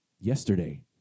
yesterday